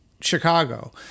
Chicago